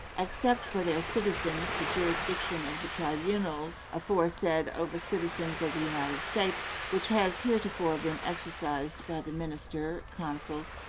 accept for their citizens the jurisdiction of the tribunals aforesaid over citizens of the united states which has heretofore been exercised by the minister, consuls,